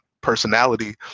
personality